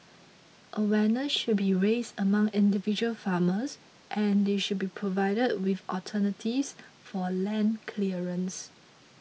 awareness should be raised among individual farmers and they should be provided with alternatives for land clearance